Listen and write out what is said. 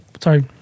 Sorry